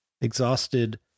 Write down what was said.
exhausted